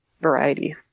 variety